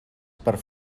per